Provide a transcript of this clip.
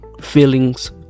feelings